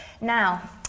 Now